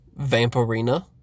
Vampirina